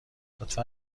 لطفا